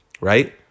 right